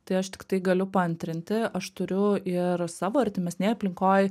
tai aš tiktai galiu paantrinti aš turiu ir savo artimesnėj aplinkoj